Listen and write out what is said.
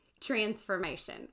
transformation